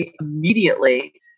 immediately